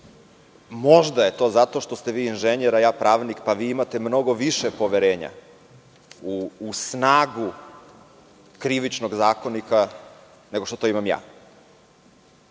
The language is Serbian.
možda je to zato što ste vi inženjer a ja pravnik, pa vi imate mnogo više poverenja u snagu KZ, nego što to imam ja.